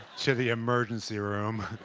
to the emergency room.